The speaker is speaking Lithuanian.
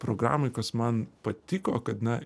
programoj kas man patiko kad na